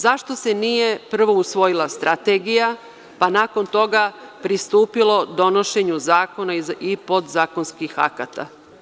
Zašto se nije prvo usvojila strategija, pa nakon toga pristupilo donošenju zakona i podzakonskih akata?